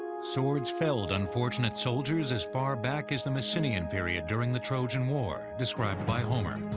swords felled unfortunate soldiers as far back as the mycenean period, during the trojan war described by homer.